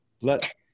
let